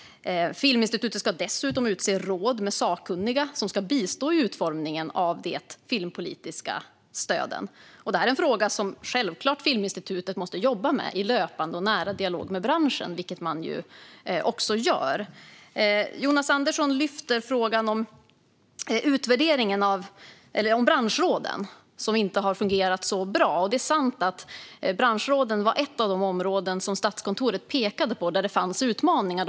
Filminstitutet ska dessutom utse råd med sakkunniga som ska bistå i utformningen av de filmpolitiska stöden. Det är en fråga som Filminstitutet självklart måste jobba med i löpande och nära dialog med branschen, vilket man också gör. Jonas Andersson tar upp frågan om branschråden, som inte har fungerat så bra. Det är sant att branschråden var ett av de områden där Statskontoret pekade på att det fanns utmaningar.